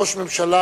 ראש ממשלה